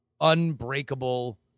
unbreakable